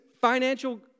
financial